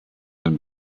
and